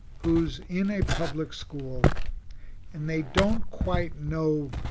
who's in a public school and they don't quite know